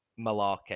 malarkey